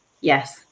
yes